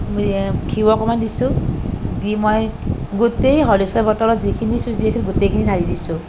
ঘিঁউ অকণমান দিছোঁ দি মই গোটেই হৰলিক্সৰ বটলত যিখিনি চুজি আছিল গোটেই খিনি ঢালি দিছোঁ